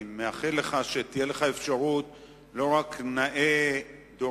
אני מאחל לך שתהיה לך אפשרות להיות לא רק נאה דורש,